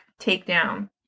takedown